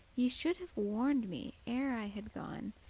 ye should have warned me, ere i had gone,